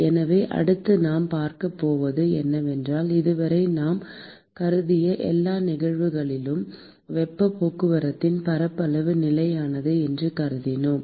எனவே அடுத்து நாம் பார்க்கப் போவது என்னவென்றால் இதுவரை நாம் கருதிய எல்லா நிகழ்வுகளிலும் வெப்பப் போக்குவரத்தின் பரப்பளவு நிலையானது என்று கருதினோம்